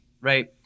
Right